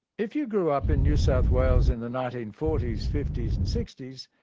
if you grew up in new south wales in the nineteen forty s, fifty s and sixty s,